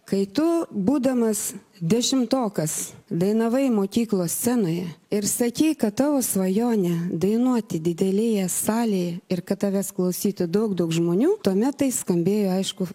kai tu būdamas dešimtokas dainavai mokyklos scenoje ir sakei kad tavo svajonė dainuoti didelėje salėje ir kad tavęs klausytų daug daug žmonių tuomet tai skambėjo aišku